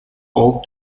all